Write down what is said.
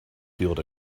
field